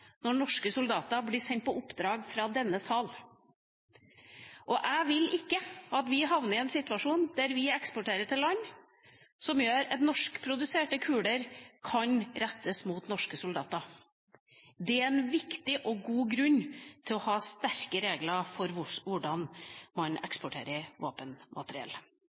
når norske soldater blir sendt på oppdrag av denne sal. Jeg vil ikke at vi havner i en situasjon der vi eksporter til land som gjør at norskproduserte kuler kan rettes mot norske soldater. Det er en viktig og god grunn til å ha sterke regler for hvordan man eksporterer våpenmateriell.